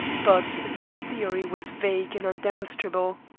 but this theory was vague and undemonstrable.